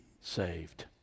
saved